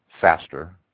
faster